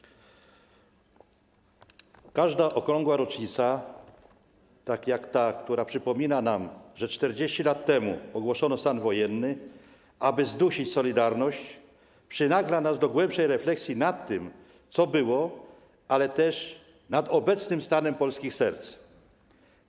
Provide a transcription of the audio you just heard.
Każda okrągła rocznica, tak jak ta, która przypomina nam, że 40 lat temu ogłoszono stan wojenny, aby zdusić „Solidarność”, przynagla nas do głębszej refleksji nad tym, co było, ale też nad obecnym stanem polskich serc.